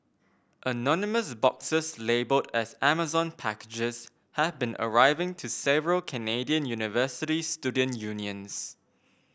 anonymous boxes labelled as Amazon packages have been arriving to several Canadian university student unions